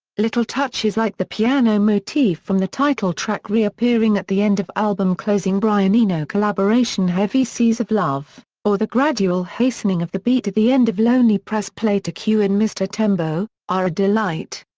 little touches like the piano motif from the title track reappearing at the end of album-closing brian eno collaboration heavy seas of love, or the gradual hastening of the beat at the end of lonely press play to cue in mr. tembo', are a delight.